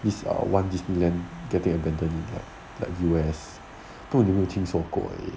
these err one disneyland getting abandoning like like U_S 不懂你有没有听说过而已